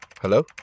Hello